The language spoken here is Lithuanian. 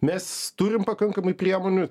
mes turim pakankamai priemonių